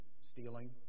Stealing